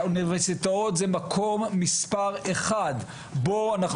האוניברסיטאות זה מקום מספר אחד בו אנחנו